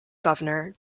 governor